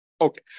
Okay